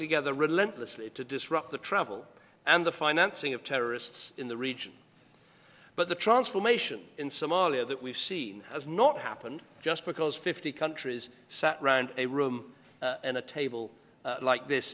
together relentlessly to disrupt the travel and the financing of terrorists in the region but the transformation in somalia that we've seen has not happened just because fifty countries sat around a room and a table like this